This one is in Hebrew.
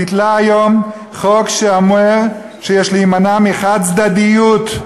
ביטלה היום חוק שאומר שיש להימנע מחד-צדדיות.